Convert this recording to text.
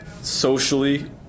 socially